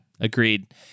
agreed